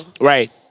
Right